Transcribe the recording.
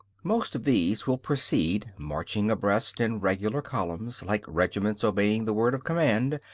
most of these will proceed, marching abreast in regular columns, like regiments obeying the word of command,